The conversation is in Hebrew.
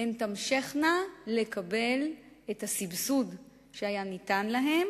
הן תמשכנה לקבל את הסבסוד שהיה ניתן להן